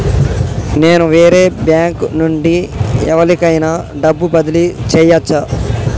నేను వేరే బ్యాంకు నుండి ఎవలికైనా డబ్బు బదిలీ చేయచ్చా?